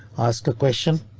ask a question.